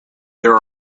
there